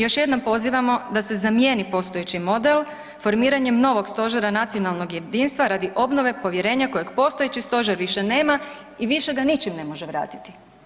Još jednom pozivamo da se zamijeni postojeći model formiranjem novog stožera nacionalnog jedinstva radi obnove povjerenja kojeg postojeći stožer više nema i više ga ničim ne može vratiti.